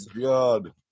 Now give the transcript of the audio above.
God